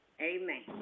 Amen